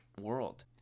world